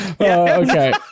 okay